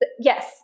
yes